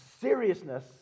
seriousness